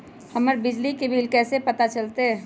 हमर बिजली के बिल कैसे पता चलतै?